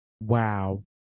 Wow